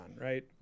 right